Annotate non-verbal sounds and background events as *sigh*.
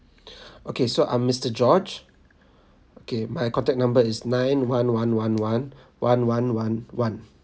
*breath* okay so I'm mister george okay my contact number is nine one one one one one one one one